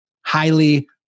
Highly